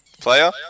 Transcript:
Player